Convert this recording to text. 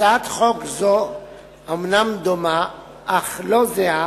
הצעת חוק זו אומנם דומה אך לא זהה